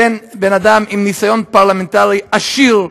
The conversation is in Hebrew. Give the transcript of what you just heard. בן אדם עם ניסיון פרלמנטרי עשיר,